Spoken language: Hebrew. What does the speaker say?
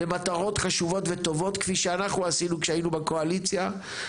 למטרות חשובות וטובות כפי שאנחנו עשינו כשהיינו בקואליציה.